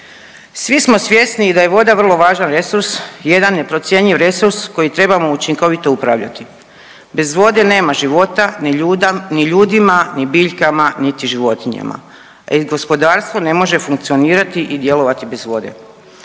Svi smo svjesni da je voda vrlo važan resurs, jedan neprocjenjiv resurs kojim trebamo učinkovito upravljati. Bez vode nema života ni ljudima ni biljkama niti životinjama i gospodarstvo ne može funkcionirati i djelovati bez vode.